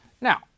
Now